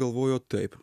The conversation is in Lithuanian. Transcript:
galvojo taip